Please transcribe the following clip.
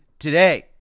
today